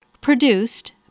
produced